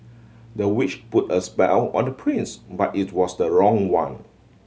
the witch put a spell on the prince but it was the wrong one